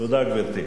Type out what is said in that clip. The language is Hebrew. תודה, גברתי.